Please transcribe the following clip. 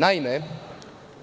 Naime,